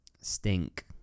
Stink